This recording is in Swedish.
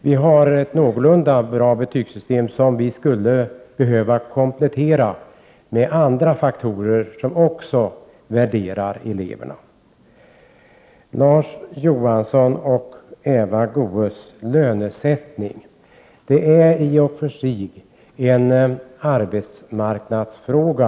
Vi har ett någorlunda bra betygssystem, som skulle behöva kompletteras med andra faktorer som också värderar eleverna. Larz Johansson och Eva Goés tog upp lönesättningen. Lönen är i och för sig en arbetsmarknadsfråga.